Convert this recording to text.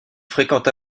fréquente